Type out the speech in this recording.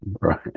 Right